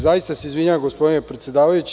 Zaista se izvinjavam, gospodine predsedavajući.